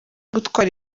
gutwara